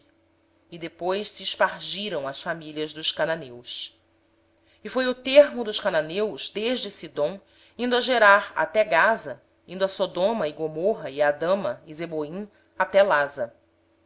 hamateu depois se espalharam as famílias dos cananeus foi o termo dos cananeus desde sidom em direção a gerar até gaza e daí em direção a sodoma gomorra admá e zeboim até lasa